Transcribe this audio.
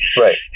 Right